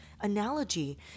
analogy